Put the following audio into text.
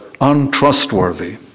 untrustworthy